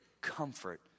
comfort